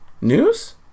news